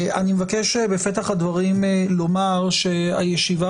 אני מבקש בפתח הדברים לומר שהישיבה